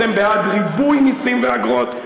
אתם בעד ריבוי מסים ואגרות.